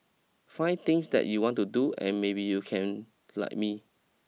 find things that you want to do and maybe you can like me